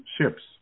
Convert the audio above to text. ships